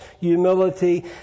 humility